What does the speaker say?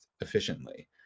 efficiently